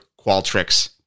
Qualtrics